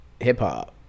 hip-hop